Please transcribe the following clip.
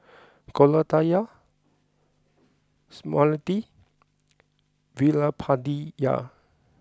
Koratala Smriti Veerapandiya